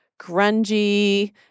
grungy